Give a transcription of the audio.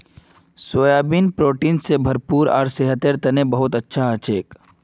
soybean protein स भरपूर आर सेहतेर तने बहुत अच्छा हछेक